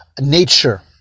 nature